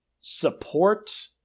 support